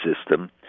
system